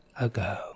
ago